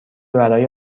برای